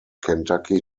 kentucky